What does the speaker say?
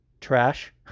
trash